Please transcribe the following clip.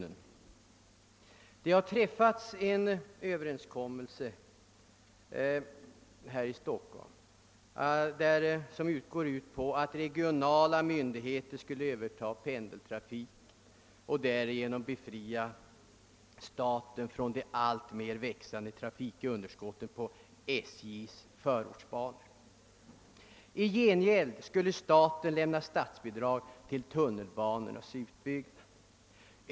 Det har här i Stockholm träffats en överenskommelse enligt vilken regionala myndigheter skall överta pendeltrafiken och därige nom befria staten från det alltmer växande trafikunderskottet på SJ:s förortsbanor. I gengäld skall staten lämna bidrag till tunnelbanornas utbyggnad.